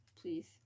please